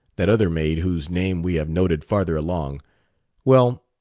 that other maid whose name we have noted farther along well,